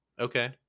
Okay